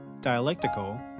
dialectical